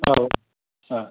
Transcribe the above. औ